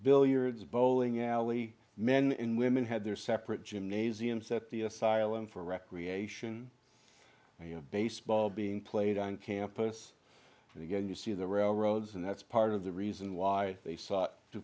billiards bowling alley men and women had their separate gymnasium set the asylum for recreation you know baseball being played on campus and again you see the railroads and that's part of the reason why they sought to